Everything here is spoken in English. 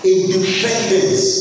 Independence